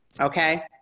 Okay